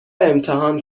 امتحان